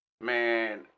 Man